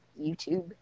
YouTube